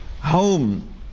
home